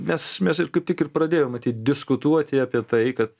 mes mes ir kaip tik ir pradėjom matyt diskutuoti apie tai kad